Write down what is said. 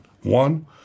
One